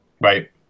right